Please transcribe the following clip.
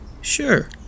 Sure